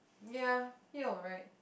ya he alright